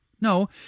No